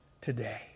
today